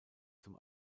zum